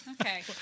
Okay